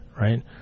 right